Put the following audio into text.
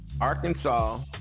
Arkansas